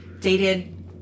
dated